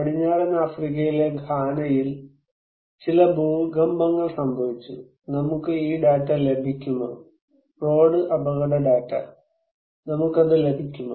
പടിഞ്ഞാറൻ ആഫ്രിക്കയിലെ ഘാനയിൽ ചില ഭൂകമ്പങ്ങൾ സംഭവിച്ചു നമുക്ക് ഈ ഡാറ്റ ലഭിക്കുമോ റോഡ് അപകട ഡാറ്റ നമുക്ക് അത് ലഭിക്കുമോ